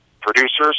producers